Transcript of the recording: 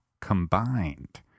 Combined